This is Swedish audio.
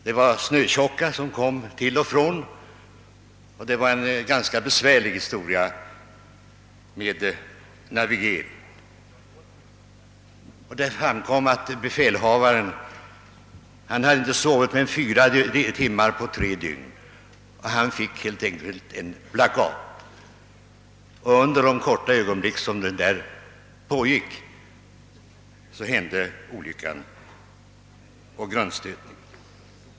Det var snötjocka från och till, och det blev en ganska besvärlig navigering. Det framkom även att befälhavaren inte hade sovit mer än fyra timmar på tre dygn. Han fick helt enkelt en black out och under de korta ögonblick den varade hände olyckan med grundstötningen.